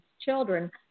children